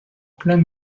plein